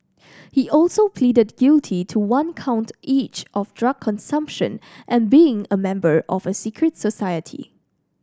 he also pleaded guilty to one count each of drug consumption and being a member of a secret society